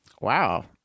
Wow